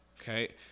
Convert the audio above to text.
okay